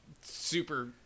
super